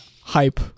Hype